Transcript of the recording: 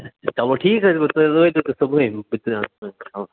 چلو ٹھیٖک حظ چھُ تُلہۍ وٲتِو تیٚلہِ صُبحٲے